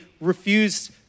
refused